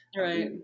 right